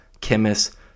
chemists